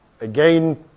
again